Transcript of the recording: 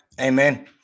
Amen